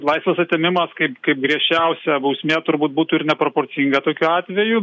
laisvės atėmimas kaip kaip griežčiausia bausmė turbūt būtų ir neproporcinga tokiu atveju